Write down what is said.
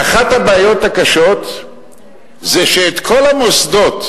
ואחת הבעיות הקשות היא שאת כל המוסדות